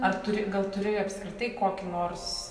ar turi gal turi apskritai kokį nors